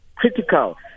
critical